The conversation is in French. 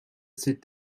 ses